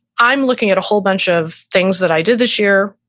i'm looking at a whole bunch of things that i did this year.